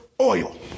oil